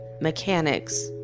mechanics